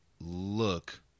look